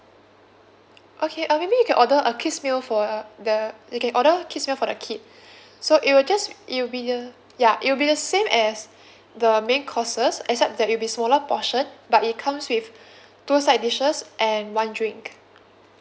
okay uh maybe you can order a kid's meal for uh the you can order kids meal for the kid so it will just it will be a ya it will be the same as the main courses except that it'll be smaller portion but it comes with two side dishes and one drink